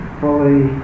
fully